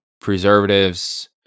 preservatives